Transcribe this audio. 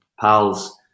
pals